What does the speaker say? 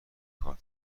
کار